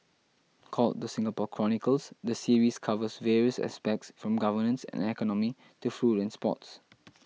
called the Singapore Chronicles the series covers various aspects from governance and economy to food and sports